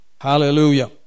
Hallelujah